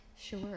Sure